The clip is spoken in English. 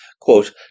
quote